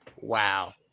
wow